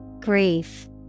Grief